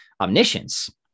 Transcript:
omniscience